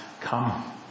come